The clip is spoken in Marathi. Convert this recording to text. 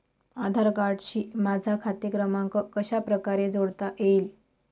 आधार कार्डशी माझा खाते क्रमांक कशाप्रकारे जोडता येईल?